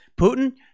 Putin